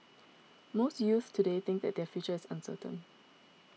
most youths today think that their future is uncertain